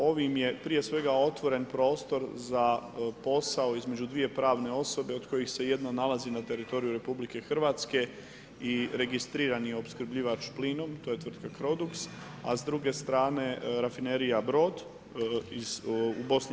Ovim je prije svega otvoren prostor za postao između dvije pravne osobe od kojih se jedna nalazi na teritoriju RH i registriran je opskrbljivač plinom, to je tvrtka Crodux, a s druge strane rafinerija Brod u BiH.